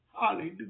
Hallelujah